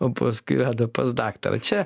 o paskui veda pas daktarą čia